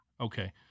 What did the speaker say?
Okay